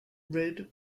red